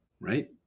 right